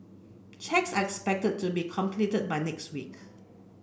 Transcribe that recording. checks are expected to be completed by next week